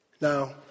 Now